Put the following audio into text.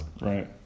right